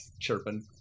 chirping